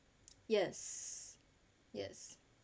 yes yes